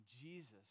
Jesus